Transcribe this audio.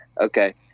okay